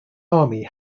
army